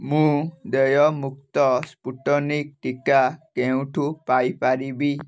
ମୁଁ ଦେୟମୁକ୍ତ ସ୍ପୁଟନିକ୍ ଟିକା କେଉଁଠୁ ପାଇ ପାରିବି